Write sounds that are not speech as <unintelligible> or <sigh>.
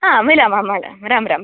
आम् मिलामः <unintelligible> राम् राम्